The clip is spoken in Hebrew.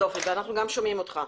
תיקון.